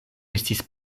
estis